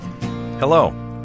Hello